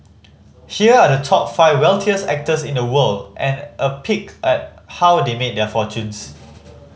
here are the top five wealthiest actors in the world and a peek at how they made their fortunes